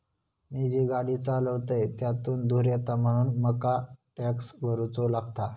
मी जी गाडी चालवतय त्यातुन धुर येता म्हणून मका टॅक्स भरुचो लागता